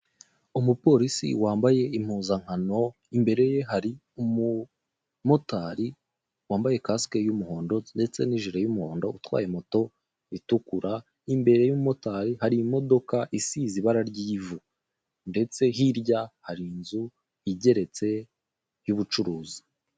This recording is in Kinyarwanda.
Umupolisi wambaye impuzankano, imbere ye hari umumotari wambaye kasike y'umuhondo, ndetse n'ijire y'umuhondo utwaye moto itukura, imbere y'umumotari hari imodoka isize ibara ry'ivu. Ndetse hirya hari inzu igeretse y'ubucuruzi.